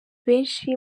benshi